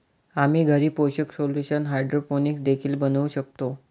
आम्ही घरी पोषक सोल्यूशन हायड्रोपोनिक्स देखील बनवू शकतो